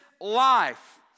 life